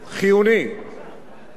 זה לא רק שאיפה, זה חיוני.